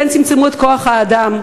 וכן צמצמו את כוח-האדם?